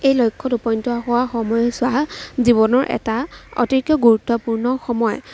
এই লক্ষ্যত উপনীত হোৱা সময়চোৱা জীৱনৰ এটা অতিকৈ গুৰুত্বপূৰ্ণ সময়